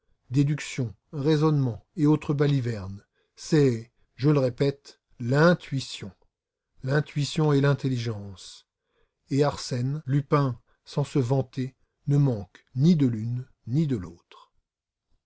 déduction raisonnement et autres balivernes c'est je le répète l'intuition l'intuition et l'intelligence et arsène lupin sans se vanter ne manque ni de l'une ni de l'autre